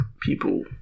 people